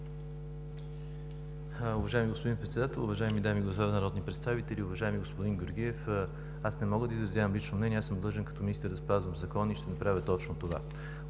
Уважаеми господин Председател, уважаеми дами и господа народни представители, уважаеми господин Георгиев! Аз не мога да изразявам лично мнение. Аз съм длъжен като министър да спазвам закона и ще направя точно това.